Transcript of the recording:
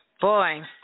Boy